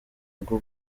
bwo